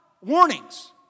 warnings